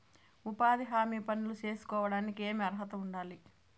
ఉపాధి హామీ పనులు సేసుకోవడానికి ఏమి అర్హత ఉండాలి?